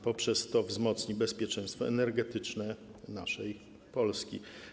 Poprzez to wzmocni bezpieczeństwo energetyczne naszej Polski.